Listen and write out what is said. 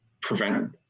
prevent